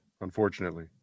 Unfortunately